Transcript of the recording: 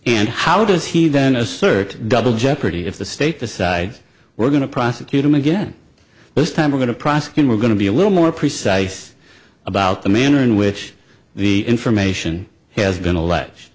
and how does he then assert double jeopardy if the state decides we're going to prosecute him again this time we're going to prosecute we're going to be a little more precise about the manner in which the information has been allege